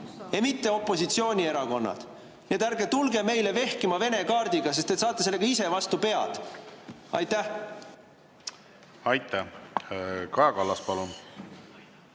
mitte opositsioonierakonnad. Nii et ärge tulge meie ette vehkima Vene kaardiga, sest te saate sellega ise vastu pead. Aitäh! Kaja Kallas, palun!